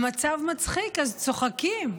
המצב מצחיק, אז צוחקים.